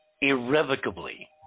irrevocably